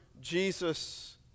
Jesus